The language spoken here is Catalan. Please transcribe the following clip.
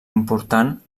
important